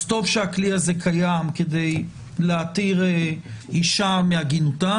אז טוב שהכלי הזה קיים כדי להתיר אישה מעגינותה.